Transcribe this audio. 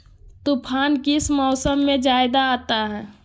तूफ़ान किस मौसम में ज्यादा आता है?